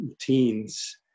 teens